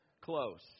Close